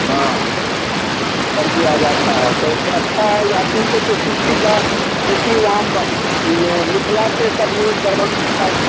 हाँ सब दिया जाता है तो अच्छा है यात्री को तो सुख सुविधा क्योंकि वहाँ म मिथिला के सब लोग